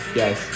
yes